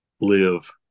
live